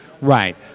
Right